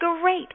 great